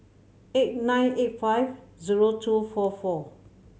eight nine eight five zero two four four